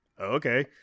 Okay